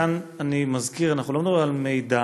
כאן אני מזכיר שאנחנו לא מדברים על מידע,